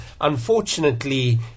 unfortunately